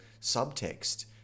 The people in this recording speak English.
subtext